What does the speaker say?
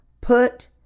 Put